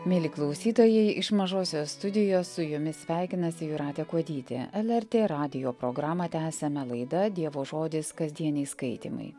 mieli klausytojai iš mažosios studijos su jumis sveikinasi jūratė kuodytė lrt radijo programą tęsiame laida dievo žodis kasdieniai skaitymai